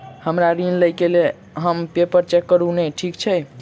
हमरा ऋण लई केँ हय पेपर चेक करू नै ठीक छई?